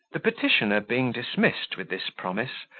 the petitioner being dismissed with this promise,